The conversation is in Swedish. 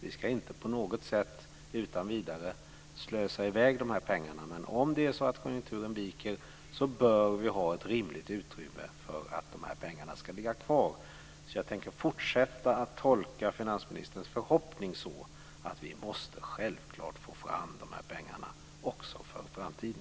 Vi ska inte utan vidare slösa bort de pengarna. Men om konjunkturen viker bör vi ha ett rimligt utrymme för att pengarna ska ligga kvar. Jag tänker fortsätta att tolka finansministerns förhoppning så att vi självklart måste få fram pengarna, också för framtiden.